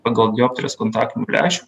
pagal dioptrijas kontaktinių lęšių